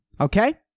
Okay